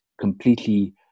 completely